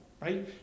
right